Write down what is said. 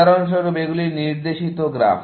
উদাহরণস্বরূপ এগুলি নির্দেশিত গ্রাফ